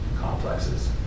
complexes